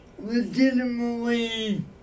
Legitimately